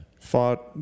fought